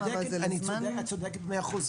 את צודקת במאה אחוזים.